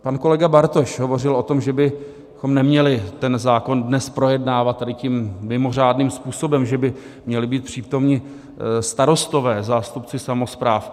Pan kolega Bartoš hovořil o tom, že bychom neměli ten zákon dnes projednávat tímto mimořádným způsobem, že by měli být přítomni starostové, zástupci samospráv.